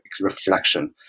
reflection